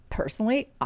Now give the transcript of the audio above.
Personally